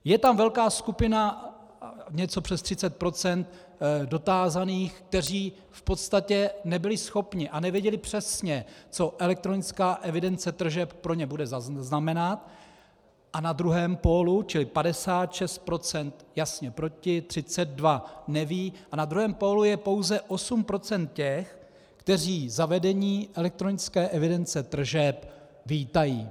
Je tam velká skupina, něco přes 30 % dotázaných, kteří v podstatě nebyli schopni a nevěděli přesně, co elektronická evidence tržeb pro ně bude znamenat, a na druhém pólu čili 56 % jasně proti, 32 neví na druhém pólu je pouze 8 % těch, kteří zavedení elektronické evidence tržeb vítají.